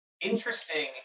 interesting